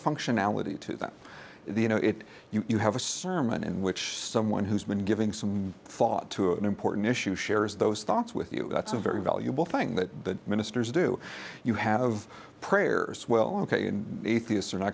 functionality to that the you know it you have a sermon in which someone who's been giving some thought to an important issue shares those thoughts with you that's a very valuable thing that ministers do you have prayers well ok and atheists are not